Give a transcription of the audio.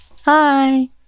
Hi